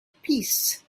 peace